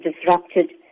disrupted